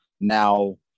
now